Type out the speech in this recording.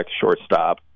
shortstop